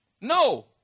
No